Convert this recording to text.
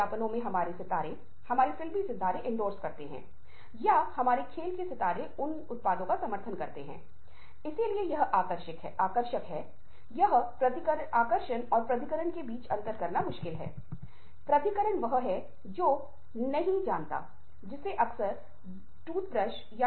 अब हम preparatory listening या प्रिपरेटरी ट्रू लिसनिंग का बारे में बात करेंगे सम्मान के लिए सुनो आप शिष्टाचार के लिए सुन रहे हैं या यह है कि कोई व्यक्ति नकारात्मक रवैया दिखा रहा है